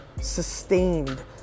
sustained